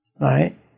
right